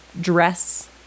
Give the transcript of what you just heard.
dress